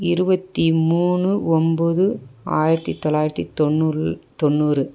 இருபத்தி மூணு ஒம்பது ஆயிரத்தி தொள்ளாயிரத்தி தொண்ணூறு தொண்ணூறு